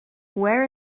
where